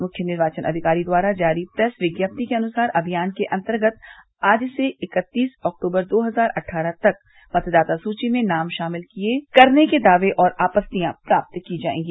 मुख्य निर्वाचन अधिकारी द्वारा जारी प्रेस विज्ञप्ति के अनुसार अभियान के अन्तर्गत आज से इक्कतीस अक्टूबर दो हजार अठारह तक मतदाता सुची में नाम शामिल करने के लिए दावे और आपत्तियां प्राप्त की जायेंगी